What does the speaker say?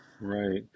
right